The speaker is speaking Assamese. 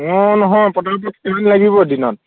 অঁ নহয় পতাপত কাৰেণ্ট লাগিবই দিনত